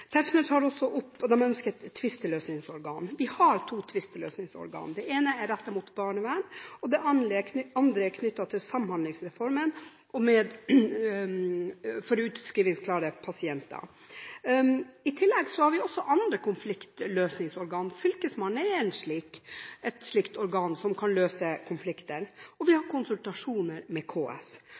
Tetzschner har også tatt opp at de ønsker et tvisteløsningsorgan. Vi har to tvisteløsningsorgan: Det ene er rettet mot barnevern, og det andre er knyttet til Samhandlingsreformen, for utskrivningsklare pasienter. I tillegg har vi andre konfliktløsningsorganer. Fylkesmannen er et organ som kan løse konflikter, og vi har konsultasjoner med KS.